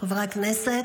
חברי הכנסת,